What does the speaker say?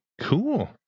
cool